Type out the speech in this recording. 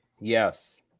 Yes